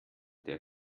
der